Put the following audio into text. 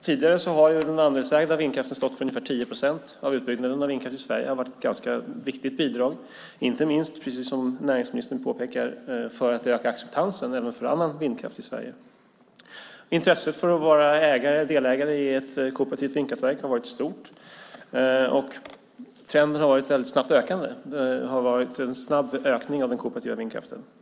Tidigare har den andelsägda vindkraften stått för ungefär 10 procent av vindkraft i Sverige. Det har varit ett ganska viktigt bidrag inte minst, precis som näringsministern påpekar, för att öka acceptansen även för annan vindkraft i Sverige. Intresset för att vara ägare i ett kooperativt vindkraftverk har varit stort, och trenden har varit väldigt snabbt ökande. Det har varit en snabb ökning av den kooperativa vindkraften.